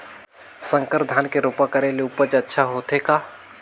संकर धान के रोपा करे ले उपज अच्छा होथे का?